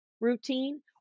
routine